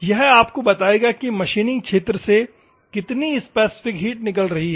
यह आपको बताएगा कि मशीनिंग क्षेत्र से कितनी स्पेसिफिक हीट निकल रही है